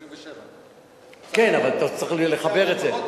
27. כן, אבל אתה צריך לחבר את זה.